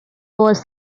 was